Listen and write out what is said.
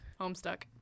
homestuck